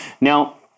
Now